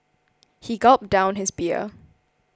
he gulped down his beer